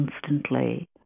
constantly